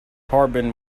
harbin